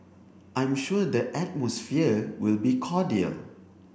I'm sure the atmosphere will be cordial